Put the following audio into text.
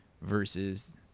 versus